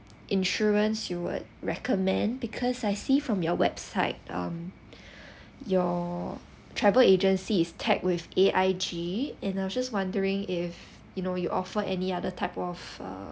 insurance you would recommend because I see from your website um your travel agencies tag with A_I_G and I was just wondering if you know you offer any other type of uh